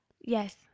Yes